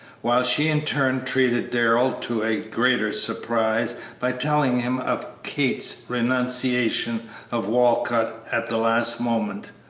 while she in turn treated darrell to a greater surprise by telling him of kate's renunciation of walcott at the last moment,